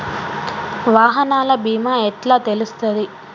వాహనాల బీమా ఎట్ల తెలుస్తది?